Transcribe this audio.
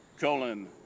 colon